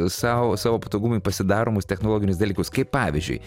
sau savo patogumui pasidaromus technologinius dalykus kaip pavyzdžiui